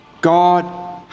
God